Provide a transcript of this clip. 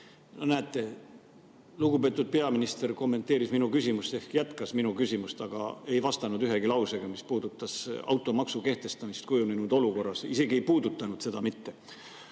et näete, lugupeetud peaminister kommenteeris minu küsimust ehk jätkas minu küsimust, aga ei vastanud ühegi lausega sellele, mis puudutas automaksu kehtestamist kujunenud olukorras. Ta isegi ei puudutanud seda.